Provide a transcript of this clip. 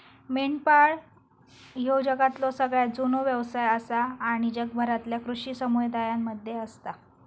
मेंढपाळ ह्यो जगातलो सगळ्यात जुनो व्यवसाय आसा आणि जगभरातल्या कृषी समुदायांमध्ये असता